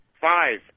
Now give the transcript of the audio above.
Five